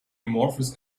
amorphous